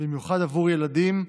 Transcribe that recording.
במיוחד בעבור ילדים,